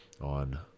on